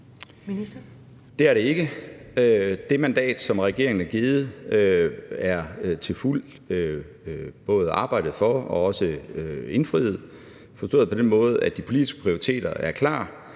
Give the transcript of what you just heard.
Det er det ikke. Det mandat, som regeringen er givet, er der til fulde både arbejdet for og også indfriet, forstået på den måde, at de politiske prioriteter er klar,